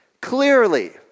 clearly